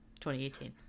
2018